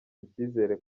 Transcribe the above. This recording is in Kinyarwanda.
icyizere